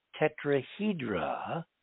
tetrahedra